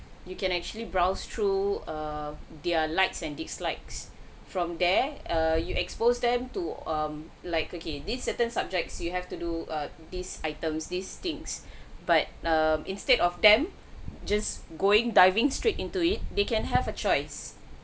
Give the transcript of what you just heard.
you can actually browsed through err their likes and dislikes from there err you expose them to um like okay this certain subjects you have to do these items these things but um instead of them just going diving straight into it they can have a choice